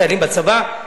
חיילים בצבא,